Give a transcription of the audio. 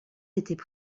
étaient